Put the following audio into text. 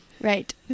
Right